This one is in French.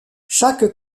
chaque